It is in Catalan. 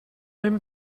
hem